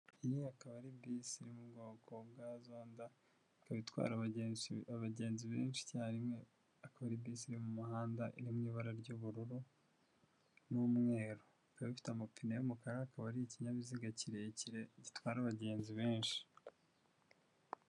Iyi ikaba ari bisi iri mu bwoko bwa zonda, ikaba itwara abagenzi abagenzi benshi icyarimwe, akarba ari bisi yo mu muhanda iri mu ibara ry'ubururu n'umweru ikaba ifite amapine y'umukara, akaba ari ikinyabiziga kirekire gitwara abagenzi benshi.